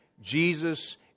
Jesus